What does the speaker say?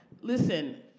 Listen